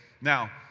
Now